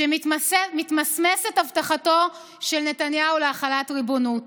שמתמסמסת הבטחתו של נתניהו להחלת ריבונות.